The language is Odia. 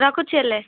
ରଖୁଛି ହେଲେ